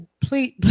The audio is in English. please